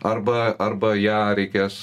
arba arba ją reikės